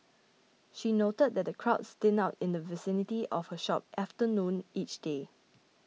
she noted that the crowds thin out in the vicinity of her shop after noon each day